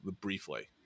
briefly